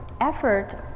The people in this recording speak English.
effort